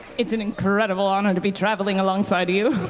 it's an incredible honor to be traveling alongside you.